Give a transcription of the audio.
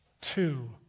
Two